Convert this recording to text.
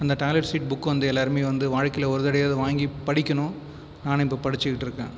அந்த toilet seat book வந்து எல்லாேருமே வந்து வாழ்க்கையில் ஒரு தடைவையாவது வாங்கி படிக்கணும் நானும் இப்போ படிச்சுட்டு இருக்கேன்